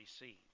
receive